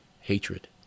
hatred